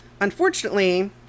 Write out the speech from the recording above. Unfortunately